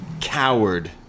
coward